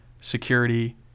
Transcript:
security